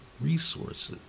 resources